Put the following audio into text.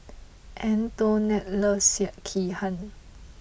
Antionette loves Sekihan